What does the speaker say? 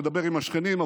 תדבר עם השכנים,